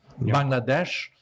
Bangladesh